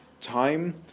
Time